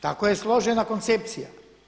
Tako je složena koncepcija.